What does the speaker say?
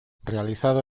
realizado